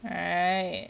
right